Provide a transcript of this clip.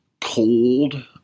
cold